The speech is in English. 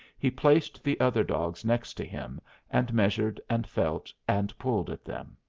he placed the other dogs next to him and measured and felt and pulled at them.